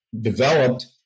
developed